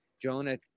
Jonah